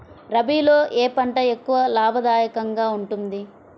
రబీలో ఏ పంట ఎక్కువ లాభదాయకంగా ఉంటుంది?